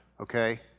okay